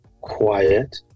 quiet